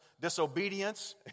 Disobedience